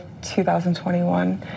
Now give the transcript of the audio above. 2021